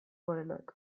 gorenak